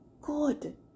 good